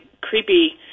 creepy